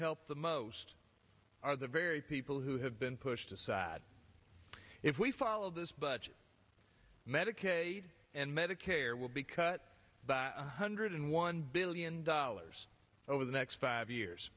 help the most are the very people who have been pushed aside if we follow this budget medicaid and medicare will be cut by a hundred and one billion dollars over the next five years